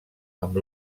amb